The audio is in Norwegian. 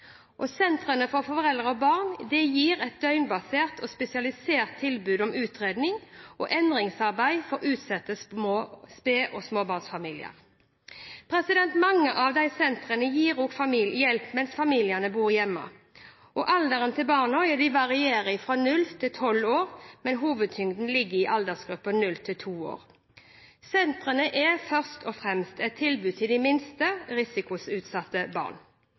Sentrene for foreldre og barn gir et døgnbasert og spesialisert tilbud om utredning og endringsarbeid for utsatte sped- og småbarnsfamilier. Mange av de sentrene gir også hjelp mens familien bor hjemme. Alderen til barna varierer fra 0–12 år, men hovedtyngden ligger i aldersgruppen 0–2 år. Sentrene er først og fremst et tilbud til de minste risikoutsatte barna. Mange kommuner har verken kompetanse eller mulighet til å observere og følge opp foreldre med små barn